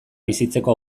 bizitzeko